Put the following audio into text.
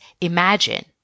Imagine